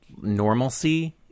normalcy